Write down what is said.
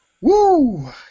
Woo